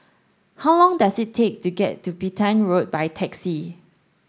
how long does it take to get to Petain Road by taxi